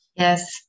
Yes